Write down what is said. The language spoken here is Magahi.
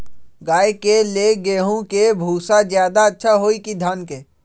गाय के ले गेंहू के भूसा ज्यादा अच्छा होई की धान के?